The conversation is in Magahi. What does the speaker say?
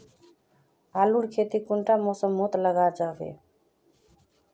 आलूर खेती कुंडा मौसम मोत लगा जाबे?